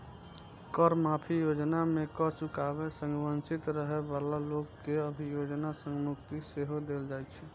कर माफी योजना मे कर चुकाबै सं वंचित रहै बला लोक कें अभियोजन सं मुक्ति सेहो देल जाइ छै